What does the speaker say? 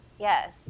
Yes